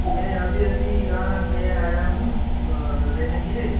मैं अभी अभी यहाँ नया आया हूँ रहने के लिए